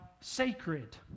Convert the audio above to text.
sacred